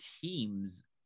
teams